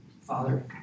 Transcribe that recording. Father